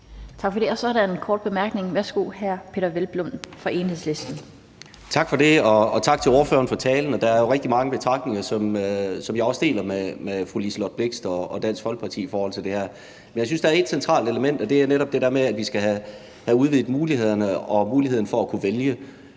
Tak for det. Så er der en kort bemærkning fra hr. Peder Hvelplund fra Enhedslisten. Kl. 11:39 Peder Hvelplund (EL): Tak for det. Og tak til ordføreren for talen. Der er jo rigtig mange betragtninger, som vi deler med fru Liselott Blixt og Dansk Folkeparti på det her område. Men jeg synes, det er et centralt element, og det er netop det der med, at vi skal have udvidet muligheden for at kunne vælge.